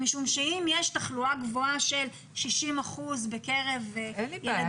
משום שאם יש תחלואה גבוהה של 60 אחוזים בקרב ילדים --- אין לי בעיה.